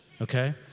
okay